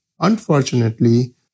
Unfortunately